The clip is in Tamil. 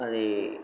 அதை